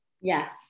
Yes